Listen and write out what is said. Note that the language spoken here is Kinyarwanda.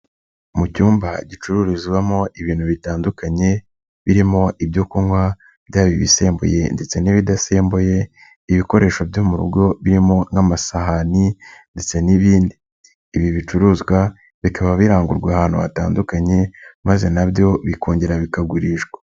Mu cyumba gicururizwamo ibintu bitandukanye, birimo ibyo kunywa byaba ibisembuye ndetse n'ibidasembuye, ibikoresho byo mu rugo birimo nk'amasahani ndetse n'ibindi, ibi bicuruzwa bikaba birangurwa ahantu hatandukanye maze na byo bikongera bikagurishwa.